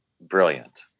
brilliant